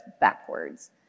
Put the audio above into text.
backwards